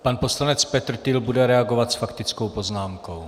Pan poslanec Petrtýl bude reagovat s faktickou poznámkou.